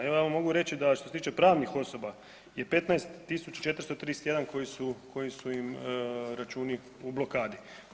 Evo ja mogu reći da što se tiče pravnih osoba je 15.431 koji su im računi u blokadi.